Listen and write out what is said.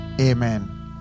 amen